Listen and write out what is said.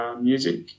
music